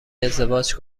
ازدواج